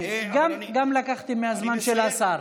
גם לקחתי מהזמן של השר.